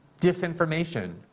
disinformation